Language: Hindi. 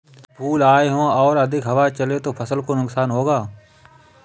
जब फूल आए हों और अधिक हवा चले तो फसल को नुकसान होगा?